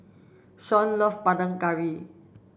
Shaun love Panang Curry